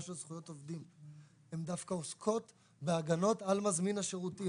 של זכויות עובדים אלא הן דווקא עוסקות בהגנות על מזמין השירותים.